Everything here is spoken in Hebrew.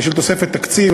של תוספת תקציב.